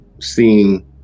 seeing